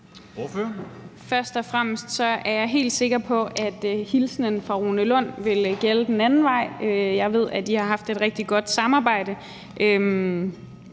Først og fremmest er jeg helt sikker på, at hilsenen fra Rune Lund også vil gælde den anden vej. Jeg ved, at I har haft et rigtig godt samarbejde,